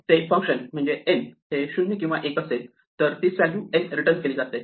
ते फंक्शन म्हणजे n हे 0 किंवा 1 असेल तर तीच व्हॅल्यू n रिटर्न केली जाते